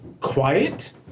quiet